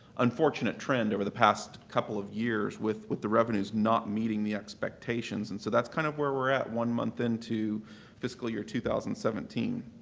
unfortunate trend over the past couple of years with with the revenues not meeting the expectations, and so that's kind of where we're at one month into fiscal year two thousand and seventeen.